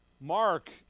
Mark